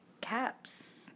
caps